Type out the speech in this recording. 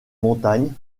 montagnes